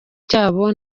cyabo